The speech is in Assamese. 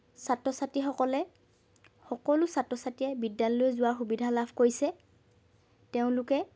ছাত্ৰ ছাত্ৰীসকলে সকলো ছাত্ৰ ছাত্ৰীসকলে বিদ্যালয়লৈ যোৱাৰ সুবিধা লাভ কৰিছে তেওঁলোকে